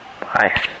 Bye